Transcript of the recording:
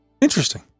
Interesting